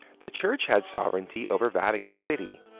the church had sovereignty over vatican city,